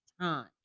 time